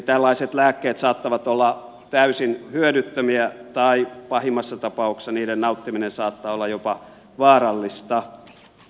tällaiset lääkkeet saattavat olla täysin hyödyttömiä tai pahimmassa tapauksessa niiden nauttiminen saattaa olla jopa vaarallista